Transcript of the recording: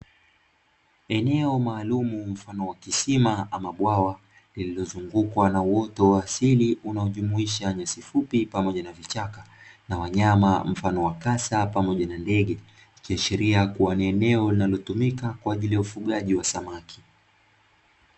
Eneo maalumu mfano wa kisima hama bwawa lililozungukwa na uoto wa asili unaojumuisha nyasi fupi pamoja na vichaka. Na wanyama mfano wa kasa pamoja na ndege. Ikiashiria kuwa ni eneo linalotumika kwa ajili ya ufugaji wa samaki.